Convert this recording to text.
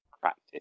practice